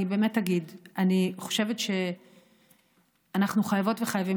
אני באמת אגיד שאני חושבת שאנחנו חייבות וחייבים